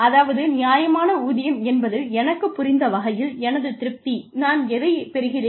அதாவது நியாயமான ஊதியம் என்பது எனக்குப் புரிந்த வகையில் எனது திருப்தி நான் எதைப் பெறுகிறேன்